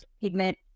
pigment